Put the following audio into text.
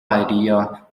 idea